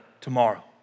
tomorrow